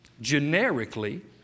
Generically